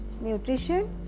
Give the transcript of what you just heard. nutrition